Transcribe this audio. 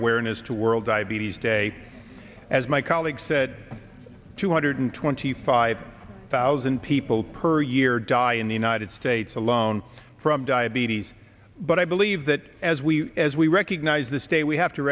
awareness to world diabetes day as my colleague said two hundred twenty five thousand people per year die in the united states alone from diabetes but i believe that as we as we recognize this day we have to